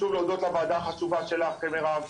שוב להודות לוועדה החשובה שלך מרב.